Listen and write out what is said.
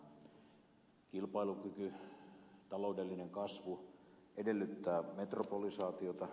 kilpailukyky taloudellinen kasvu edellyttää metropolisaatiota